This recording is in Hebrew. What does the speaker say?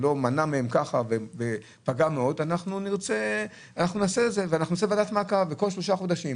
אנחנו נעשה ועדת מעקב וכל שלושה חודשים